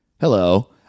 Hello